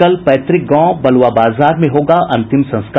कल पैतृक गांव बलुआ बाजार में होगा अंतिम संस्कार